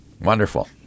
Wonderful